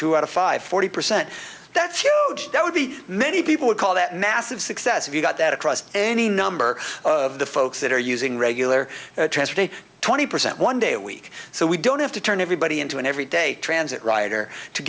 two out of five forty percent that you would be many people would call that massive success if you got that across any number of the folks that are using regular transfer a twenty percent one day a week so we don't have to turn everybody into an every day transit rider to